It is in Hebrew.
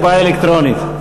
הצבעה אלקטרונית.